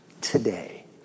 today